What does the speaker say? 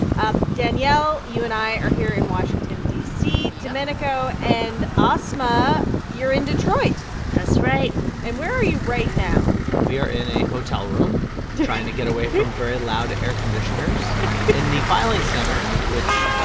um danielle, you and i are here in washington, d c. domenico and asma, you're in detroit that's right and where are you right now? we are in a hotel room trying to get away from very loud air conditioners in the filing center, which,